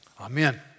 Amen